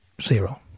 zero